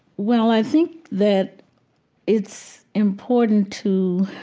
well, i think that it's important to